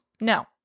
no